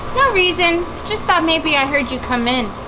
reason, just thought maybe i heard you come in.